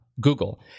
Google